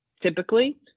typically